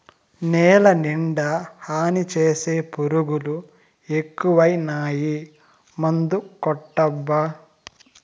నేలనిండా హాని చేసే పురుగులు ఎక్కువైనాయి మందుకొట్టబ్బా